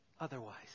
otherwise